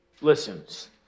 listens